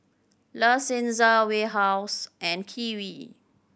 La Senza Warehouse and Kiwi